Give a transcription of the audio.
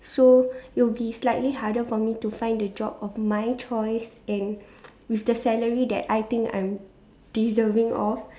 so it'll be slightly harder for me to find the job of my choice and with the salary that I think I'm deserving of